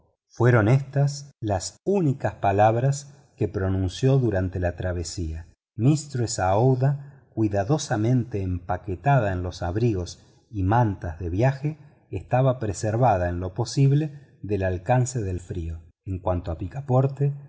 fueron éstas las únicas palabras que pronunció durante la travesía mistress aouida cuidadosamente envuelta en los abrigos y mantas de viaje estaba preservada en lo posible del alcance del frío en cuanto a picaporte